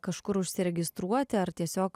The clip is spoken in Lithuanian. kažkur užsiregistruoti ar tiesiog